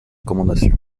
recommandations